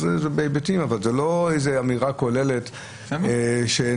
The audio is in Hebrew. אלה היבטים אבל זאת לא אמירה כוללת שאין